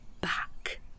back